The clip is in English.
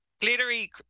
glittery